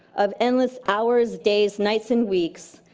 of endless hours, days, nights and weeks,